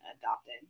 adopted